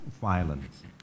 violence